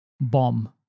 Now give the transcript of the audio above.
bomb